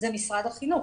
זה משרד החינוך.